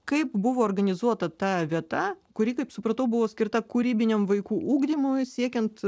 kaip buvo organizuota ta vieta kuri kaip supratau buvo skirta kūrybiniam vaikų ugdymui siekiant